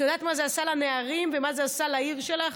את יודעת מה זה עשה לנערים ומה זה עשה לעיר שלך?